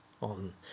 on